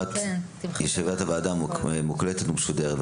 ישיבת הוועדה מוקלטת ומשודרת,